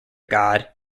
god